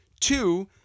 Two